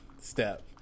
step